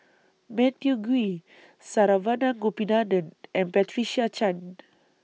Matthew Ngui Saravanan Gopinathan and Patricia Chan